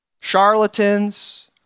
Charlatans